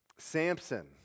Samson